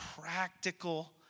practical